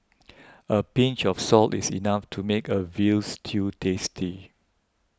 a pinch of salt is enough to make a Veal Stew tasty